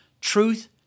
Truth